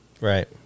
Right